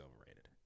overrated